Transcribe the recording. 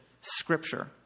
scripture